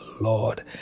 Lord